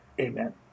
Amen